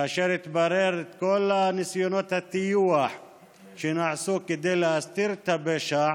כאשר התבררו כל ניסיונות הטיוח שנעשו כדי להסתיר את הפשע,